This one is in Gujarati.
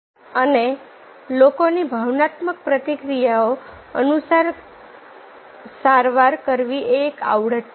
અને લોકોની ભાવનાત્મક પ્રતિક્રિયાઓ અનુસાર સારવાર કરવી એ એક આવડત છે